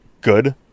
good